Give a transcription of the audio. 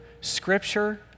scripture